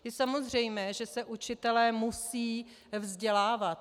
Je samozřejmé, že se učitelé musí vzdělávat.